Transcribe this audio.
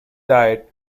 diet